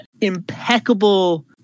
impeccable